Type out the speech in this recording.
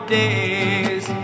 days